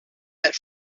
that